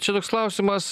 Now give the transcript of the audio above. čia toks klausimas